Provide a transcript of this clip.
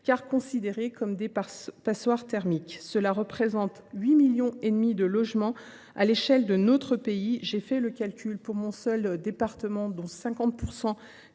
sont considérés comme des passoires thermiques. Cela représente 8,5 millions de logements à l’échelle de notre pays ! J’ai fait le calcul pour mon seul département, où